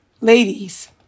Ladies